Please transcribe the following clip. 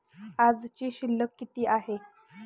आजची शिल्लक किती आहे?